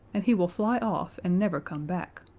and he will fly off and never come back.